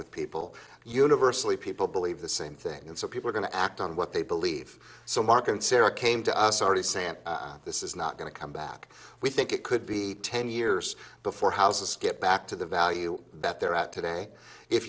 with people universally people believe the same thing and so people are going to act on what they believe so mark and sara came to us already sam this is not going to come back we think it could be ten years before houses get back to the value that they're at today if